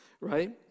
right